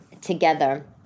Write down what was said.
Together